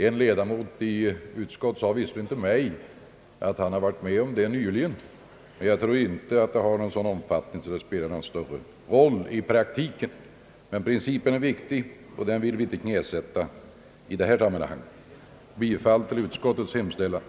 En ledamot i utskottet sade visserligen till mig att han nyligen varit med om det, men jag tror inte att detta har sådan omfattning att det spelar någon roll i praktiken. Principen är emellertid viktig, och den vill vi inte knäsätta i det här sammanhanget. Jag yrkar bifall till utskottets hemställan.